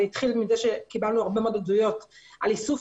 זה התחיל מזה שקיבלנו הרבה מאוד עדויות על איסוף